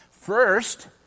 First